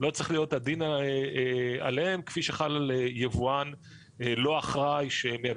לא צריך להיות הדין עליהם כפי שחל על יבואן לא אחראי שמייבא